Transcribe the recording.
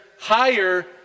higher